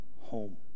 home